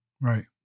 Right